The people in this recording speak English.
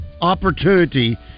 opportunity